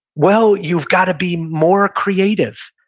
well, you've gotta be more creative.